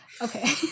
Okay